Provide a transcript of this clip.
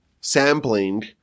sampling